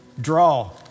Draw